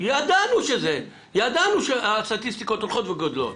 ידנו שהסטטיסטיקות הולכות וגדלות.